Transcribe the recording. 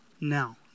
now